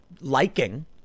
liking